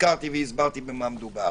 הזכרתי והסברתי במה מדובר.